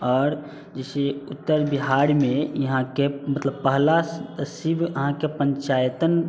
आओर जे छै उत्तर बिहारमे यहाँके मतलब पहला शिव अहाँके पञ्चायतन